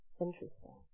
Interesting